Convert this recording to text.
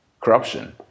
corruption